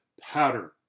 pattern